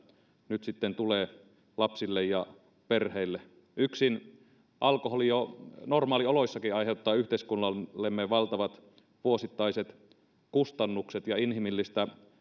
nyt sitten tulee lapsille ja perheille alkoholi jo yksin normaalioloissakin aiheuttaa yhteiskunnallemme valtavat vuosittaiset kustannukset ja inhimillistä